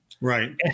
Right